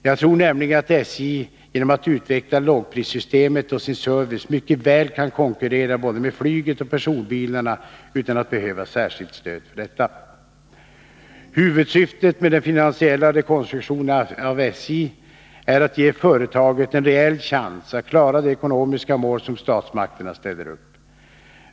Jag tror nämligen att SJ genom att utveckla lågprissystemet och sin service mycket väl kan konkurrera med både flyget och personbilarna utan att behöva särskilt stöd för detta. Huvudsyftet med den finansiella rekonstruktionen av SJ är att ge företaget en reell chans att klara de ekonomiska mål som statsmakterna ställer upp.